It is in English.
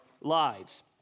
lives